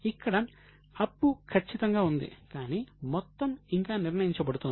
ఇక్కడ అప్పు ఖచ్చితంగా ఉంది కానీ మొత్తం ఇంకా నిర్ణయించబడుతోంది